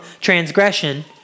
transgression